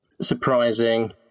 surprising